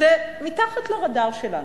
זה מתחת לרדאר שלנו.